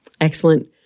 Excellent